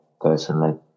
personally